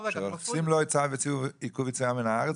כשעושים לו את צו עיכוב היציאה מן הארץ,